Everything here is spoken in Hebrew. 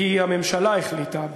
כי הממשלה החליטה,